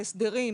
להסדרים